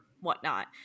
whatnot